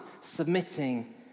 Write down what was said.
submitting